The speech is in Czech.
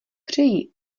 přeji